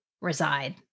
reside